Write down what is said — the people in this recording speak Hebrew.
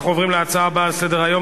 אנחנו עוברים להצעה הבאה על סדר-היום: